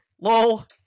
Lol